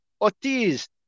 Otis